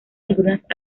algunas